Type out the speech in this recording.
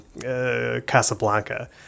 Casablanca